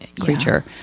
creature